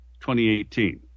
2018